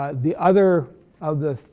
ah the other of the